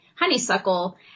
Honeysuckle